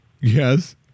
Yes